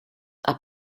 are